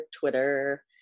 Twitter